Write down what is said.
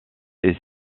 est